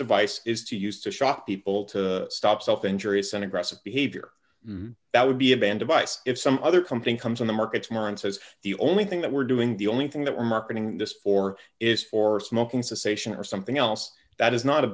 device is to use to shock people to stop self injuries and aggressive behavior that would be a band device if some other company comes in the markets man says the only thing that we're doing the only thing that we're marketing this for is for smoking cessation or something else that is not a